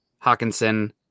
Hawkinson